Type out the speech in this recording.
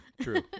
true